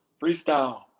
Freestyle